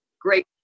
great